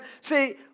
See